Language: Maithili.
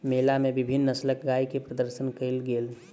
मेला मे विभिन्न नस्लक गाय के प्रदर्शन कयल गेल